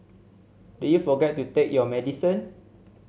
did you forget to take your medicine